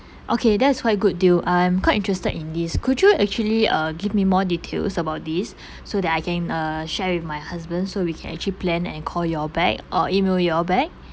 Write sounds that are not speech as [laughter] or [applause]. okay that's quite good deal I'm quite interested in these could you actually uh give me more details about this [breath] so that I can uh share with my husband so we can actually plan and call you all back or email you all back